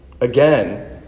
Again